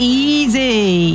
easy